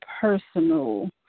personal